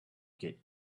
get